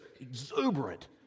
exuberant